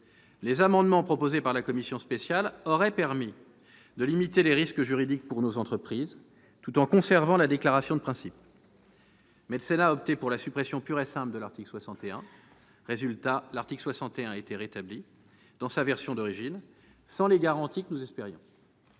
Les amendements proposés par la commission spéciale auraient permis de limiter les risques juridiques pour nos entreprises, tout en conservant la déclaration de principes. Le Sénat a opté pour la suppression pure et simple de l'article 61. Résultat : il a été rétabli dans sa rédaction d'origine, sans les garanties que nous espérions.